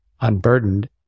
unburdened